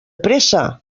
pressa